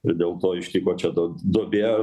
ir dėl to ištiko čia ta duobė